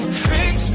fix